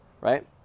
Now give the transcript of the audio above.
right